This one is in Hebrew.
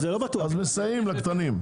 אז מסייעים לקטנים.